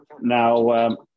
Now